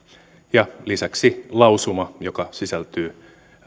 ja lisäksi lausuma joka sisältyy